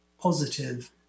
positive